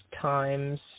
times